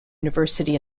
university